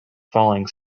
falling